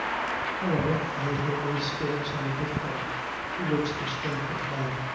however, as there is scarce any difficulty to which the strength of men,